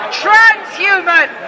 transhuman